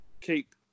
Keep